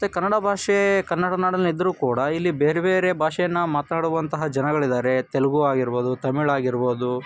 ಮತ್ತು ಕನ್ನಡ ಭಾಷೆ ಕನ್ನಡ ನಾಡಲ್ಲಿ ಇದ್ದರೂ ಕೂಡ ಇಲ್ಲಿ ಬೇರೆ ಬೇರೆ ಭಾಷೆಯನ್ನು ಮಾತಾಡುವಂತಹ ಜನಗಳಿದ್ದಾರೆ ತೆಲುಗು ಆಗಿರ್ಬೋದು ತಮಿಳ್ ಆಗಿರ್ಬೋದು